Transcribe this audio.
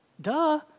Duh